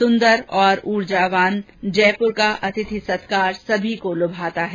सुंदर और उर्जावान जयपुर का अतिथि सत्कार सबको लुभाता है